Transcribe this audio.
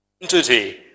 entity